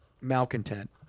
malcontent